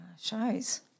shows